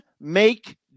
Make